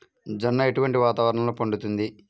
జొన్న ఎటువంటి వాతావరణంలో పండుతుంది?